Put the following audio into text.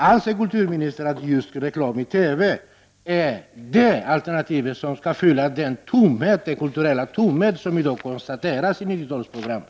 Anser kulturministern att reklam i TV är det som skall fylla den kulturella tomhet som i dag konstateras i 90-talsprogrammet?